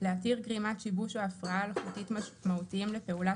להתיר גרימת שיבוש או הפרעה אלחוטית משמעותיים לפעולה